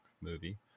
movie